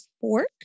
fork